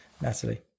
Natalie